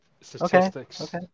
statistics